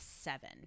seven